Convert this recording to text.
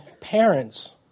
parents